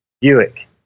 buick